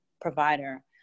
provider